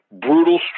brutal